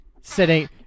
sitting